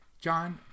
John